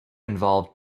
involved